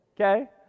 okay